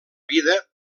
vida